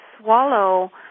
swallow